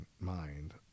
mind